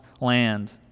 land